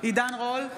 עידן רול,